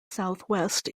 southwest